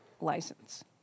license